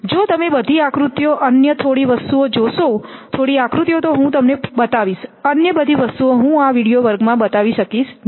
જો તમે બધી આકૃતિઓ અન્ય થોડીવસ્તુઓ જોશો થોડી આકૃતિઓ તો હું તમને બતાવીશ અન્ય બધી વસ્તુ હું આ વિડિઓ વર્ગમાં બતાવી શકીશ નહીં